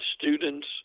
students